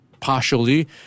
partially